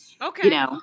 Okay